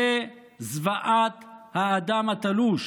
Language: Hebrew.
זאת זוועת האדם התלוש.